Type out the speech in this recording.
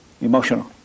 emotional